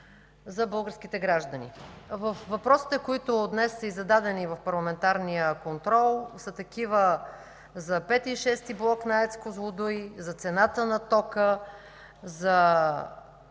за българските граждани. Във въпросите, които днес са й зададени в парламентарния контрол, са такива за V и VI блок на АЕЦ „Козлодуй”, за цената на тока, за